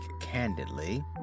candidly—